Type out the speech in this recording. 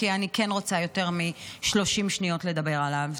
כי אני כן רוצה יותר מ-30 שניות לדבר עליו.